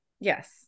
Yes